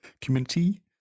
Community